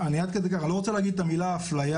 אני לא רוצה להגיד את המילה אפליה,